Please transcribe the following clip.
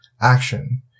action